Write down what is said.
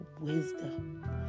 wisdom